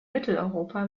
mitteleuropa